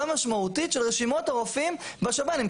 משמעותית של רשימות הרופאים בשב"נים,